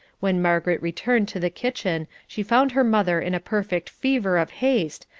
when margaret returned to the kitchen she found her mother in a perfect fever of haste,